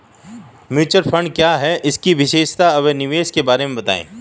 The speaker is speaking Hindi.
म्यूचुअल फंड क्या है इसकी विशेषता व निवेश के बारे में बताइये?